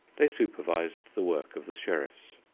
they supervised the work of the sheriffs.